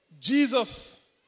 Jesus